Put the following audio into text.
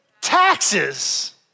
taxes